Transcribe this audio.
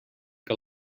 què